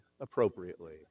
appropriately